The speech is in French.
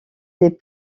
des